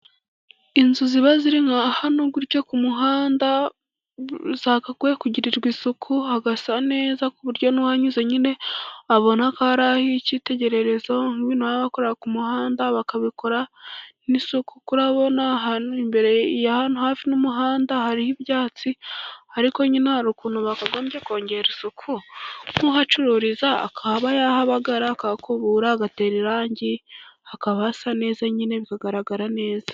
Inzu ziba ziri nka hano gutya ku muhanda zagakwiye kugirirwa isuku hagasa neza ku buryo n'uhanyuze nyine abona ko ari ah'ikitegererezo, nk'abantu baba bakora ku muhanda bakabikora n'isuku, kuko urabona ahantu imbere hano hafi n'umuhanda hariho ibyatsi, ariko nyine hari ukuntu bakagombye kongera isuku, nk'uhacururiza akaba yahabagara, akahakubura, agatera irangi hakaba hasa neza nyine bikagaragara neza.